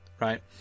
right